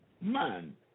Man